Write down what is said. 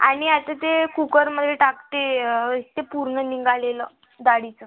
आणि आता ते कुकरमध्ये टाक ते ते पुरण निघालेलं डाळीचं